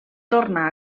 torna